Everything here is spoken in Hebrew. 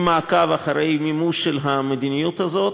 עם מעקב אחרי מימוש המדיניות הזאת.